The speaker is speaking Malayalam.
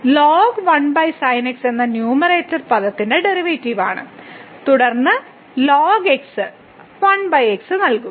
ഇത് ln1sinx എന്ന ന്യൂമറേറ്റർ പദത്തിന്റെ ഡെറിവേറ്റീവ് ആണ് തുടർന്ന് ln x 1 x നൽകും